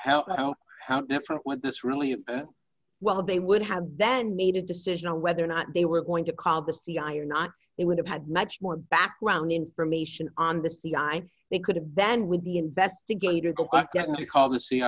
about how different what this really well they would have then made a decision on whether or not they were going to call the cia or not it would have had much more background information on the c i they could have ben with the investigator go back get him to call the c